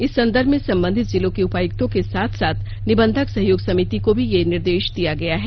इस संदर्भ में संबंधित जिलों के उपायुक्तों के साथ साथ निबंधक सहयोग समिति को भी यह निर्देश दिया गया है